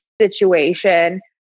situation